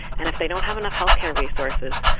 and if they don't have enough health care resources,